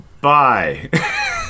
bye